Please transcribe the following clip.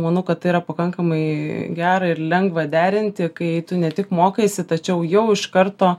manau kad tai yra pakankamai gera ir lengva derinti kai tu ne tik mokaisi tačiau jau iš karto